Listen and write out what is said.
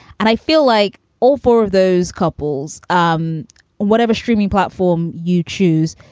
and i feel like all four of those couples, um whatever streaming platform you choose,